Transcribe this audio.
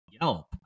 Yelp